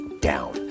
down